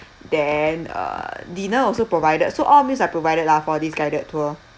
then uh dinner also provided so all meals are provided lah for this guided tour